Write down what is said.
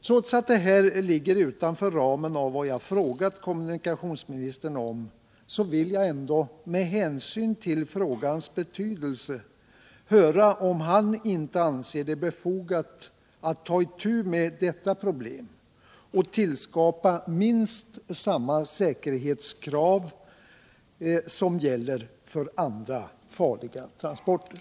Trots att det här ligger något utanför ramen för vad jag frågat kommunikationsministern om, vill jag ändå med hänsyn till frågans betydelse höra om han inte anser det befogat att ta itu med problemet och uppställa minst samma säkerhetskrav för transport av kärnbränsle som gäller för andra farliga transporter.